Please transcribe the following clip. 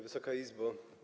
Wysoka Izbo!